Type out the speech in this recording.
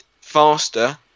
faster